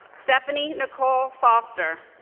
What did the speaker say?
stephanie nichole foster